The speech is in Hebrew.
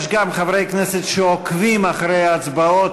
יש גם חברי כנסת שעוקבים אחרי ההצבעות